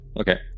Okay